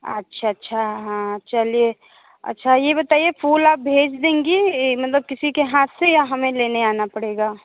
आच्छा अच्छा हाँ चलिए अच्छा ये बताइए फूल आप भेज देंगी ई मतलब किसी के हाथ से या हमें लेने आना पड़ेगा